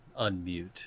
unmute